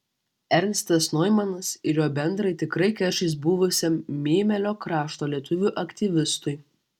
ernstas noimanas ir jo bendrai tikrai keršys buvusiam mėmelio krašto lietuvių aktyvistui